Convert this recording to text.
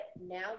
now